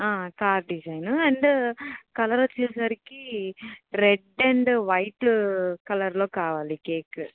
car design and colour వచ్చేసరికి red and white కలర్లో కావాలి కేక్